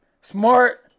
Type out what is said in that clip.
smart